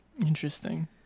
interesting